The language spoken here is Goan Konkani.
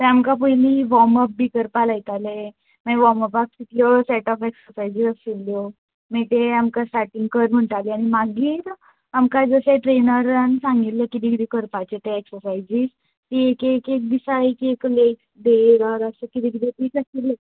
तांकां पयलीं वॉर्म अप करपा लायताले मागीर वॉर्मअपाक कितल्यो स्टार्ट अप एक्सरसाइज आशिल्ल्यो मागीर ते आमकां स्टार्टिंग कर म्हणटाले आनी मागीर आमकां जशें ट्रॅनर्सान सांगिल्लें कितें कितें करपाचें तें एक्सरसाइजीस ती एक एख दिसा एक एक लेग डे अशें कितें कितें आशिल्लें